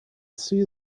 see